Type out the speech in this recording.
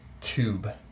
tube